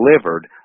delivered